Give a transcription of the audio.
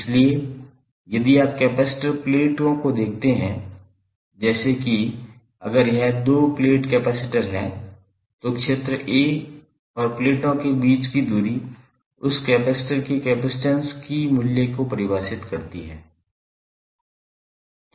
इसलिए यदि आप कैपेसिटर प्लेटों को देखते हैं जैसे कि अगर यह दो प्लेट कैपेसिटर है तो क्षेत्र A और प्लेटों के बीच की दूरी उस कैपेसिटर के कपसिटंस के मूल्य को परिभाषित करती है